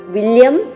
William